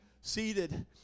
seated